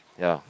ya